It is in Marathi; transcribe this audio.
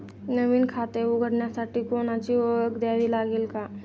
नवीन खाते उघडण्यासाठी कोणाची ओळख द्यावी लागेल का?